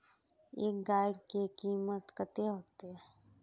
एक गाय के कीमत कते होते?